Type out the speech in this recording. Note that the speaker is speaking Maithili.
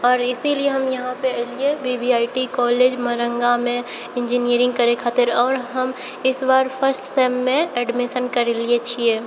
आओर इसीलिये हम इहाँपर अयलियै V V I T college मरङ्गामे इन्जीनियररिंग करै खातिर आओर हम इस बार फर्स्ट सेम मे एडमिशन करेलियै छियै